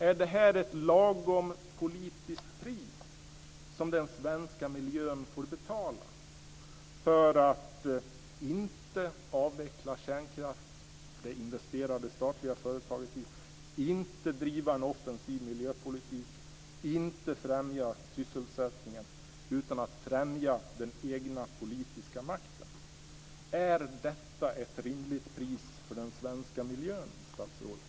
Är det ett lagom politiskt pris som den svenska miljön får betala för att man inte avvecklar kärnkraft - det statliga företaget investerar ju i kärnkraft? Man driver inte en offensiv miljöpolitik och främjar inte sysselsättningen, utan man främjar den egna politiska makten. Är det här ett rimligt pris för den svenska miljön, statsrådet?